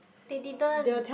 they didn't